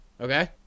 Okay